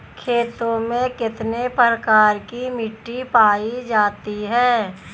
खेतों में कितने प्रकार की मिटी पायी जाती हैं?